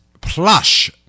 plush